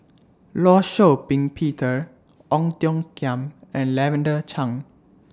law Shau Ping Peter Ong Tiong Khiam and Lavender Chang